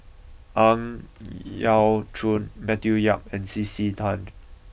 Ang Yau Choon Matthew Yap and C C Tan